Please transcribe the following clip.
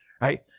right